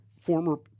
former